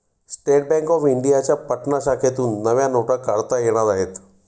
state bank of इंडियाच्या पटना शाखेतून नव्या नोटा काढता येणार आहेत